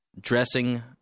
dressing